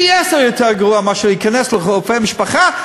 זה פי-עשרה יותר גרוע מאשר אם הוא ייכנס לרופא משפחה,